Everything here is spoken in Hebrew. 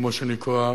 כמו שנקרא,